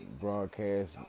broadcast